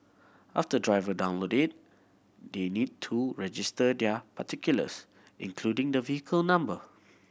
after driver download it they need to register their particulars including the vehicle number